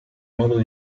modo